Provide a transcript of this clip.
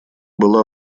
была